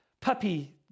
puppy